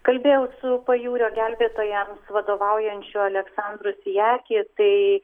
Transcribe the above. kalbėjau su pajūrio gelbėtojams vadovaujančiu aleksandru sijaki tai